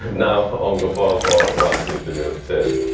now omco ball ball wants me to do